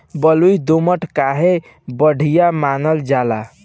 बलुई दोमट काहे बढ़िया मानल जाला?